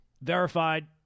Verified